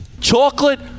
Chocolate